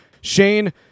Shane